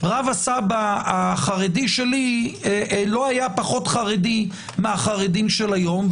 סבא רבא חרדי שלי לא היה פחות חרדי מהחרדים של היום,